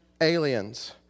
aliens